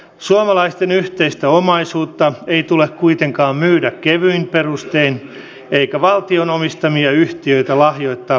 suomalaisten yhteistä omaisuutta ei tule kuitenkaan myydä kevyin perustein eikä valtion omistamia yhtiötä lahjoittaa pääomasijoittajille